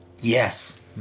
Yes